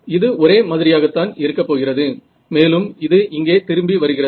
இது ஒரே மாதிரியாகத்தான் இருக்கப்போகிறது மேலும் இது இங்கே திரும்பி வருகிறது